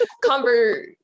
convert